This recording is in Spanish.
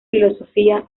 filosofía